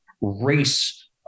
race